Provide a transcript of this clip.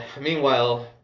meanwhile